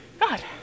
God